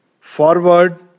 forward